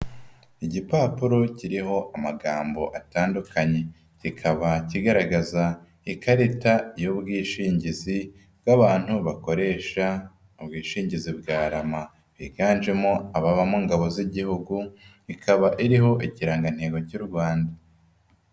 Igipapuro kiriho amagambo atandukanye, kikaba kigaragaza ikarita y'ubwishingizi bw'abantu bakoresha ubwishingizi bwa RAMA biganjemo ababa mu ngabo z'igihugu, ikaba iriho ikirangantego cy'u Rwanda.